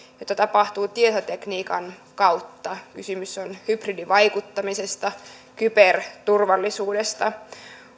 mitä tapahtuu tietotekniikan kautta kysymys on hybridivaikuttamisesta kyberturvallisuudesta